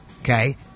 Okay